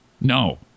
No